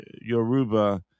Yoruba